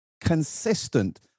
consistent